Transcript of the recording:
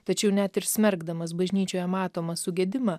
tačiau net ir smerkdamas bažnyčioje matomą sugedimą